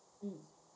um